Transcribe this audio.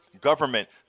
government